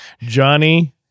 Johnny